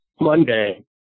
Monday